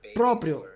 proprio